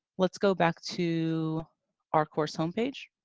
let's go back to our course home page.